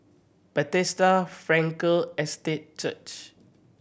Bethesda Frankel Estate Church